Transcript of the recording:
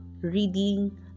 reading